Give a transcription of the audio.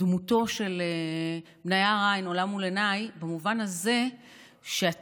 דמותו של בניה ריין עולה מול עיניי במובן הזה שהצידוק,